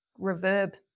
reverb